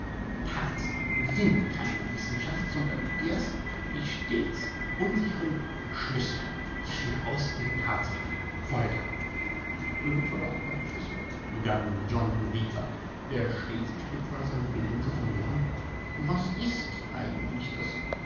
tatsachen sind keine wissenschaft sondern erst die stets unsichern schlüsse die wir aus den tatsachen folgern mit verlaub herr professor begann nun john rieger der stets bestrebt war seine bildung zu vermehren was ist das eigentlich das